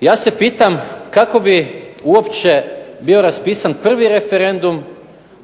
Ja se pitam kako bi uopće bio raspisan prvi referendum